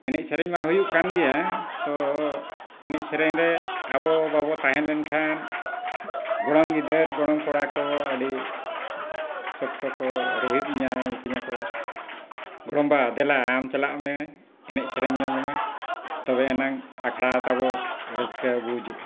ᱮᱱᱮᱡ ᱥᱮᱨᱮᱧ ᱢᱟ ᱦᱩᱭᱩᱜ ᱠᱟᱱ ᱜᱮᱭᱟ ᱛᱚ ᱮᱱᱮᱡ ᱥᱮᱨᱮᱧ ᱨᱮ ᱟᱵᱚ ᱵᱟᱵᱚᱱ ᱛᱟᱦᱮᱸ ᱞᱮᱱ ᱠᱷᱟᱱ ᱜᱚᱲᱚᱢ ᱜᱤᱫᱟᱹᱨ ᱜᱚᱲᱚᱢ ᱠᱚᱲᱟ ᱠᱚ ᱟᱹᱰᱤ ᱥᱚᱠᱛᱚ ᱠᱚ ᱨᱳᱦᱮᱫ ᱤᱧᱟᱹ ᱢᱤᱛᱟᱹᱧᱟ ᱠᱚ ᱜᱚᱲᱚᱢᱵᱟ ᱫᱮᱞᱟ ᱟᱢ ᱪᱟᱞᱟᱜ ᱢᱮ ᱮᱱᱮᱡ ᱥᱮᱨᱮᱧ ᱧᱚᱜᱽ ᱢᱮ ᱛᱚᱵᱮ ᱮᱱᱟᱝ ᱟᱠᱷᱲᱟ ᱛᱟᱵᱚ ᱨᱟᱹᱥᱠᱟᱹ ᱵᱩᱡᱩᱜᱼᱟ